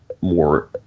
more